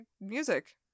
music